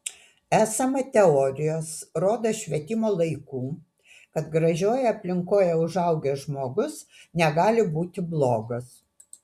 esama teorijos rodos švietimo laikų kad gražioje aplinkoje užaugęs žmogus negali būti blogas